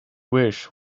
wish